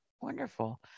Wonderful